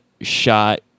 shot